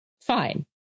Fine